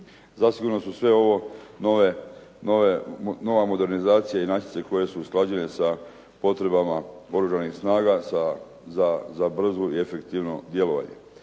Zasigurno su sve ovo nova modernizacija i inačice koje su usklađene sa potrebama Oružanih snaga za brzo i efektivno djelovanje.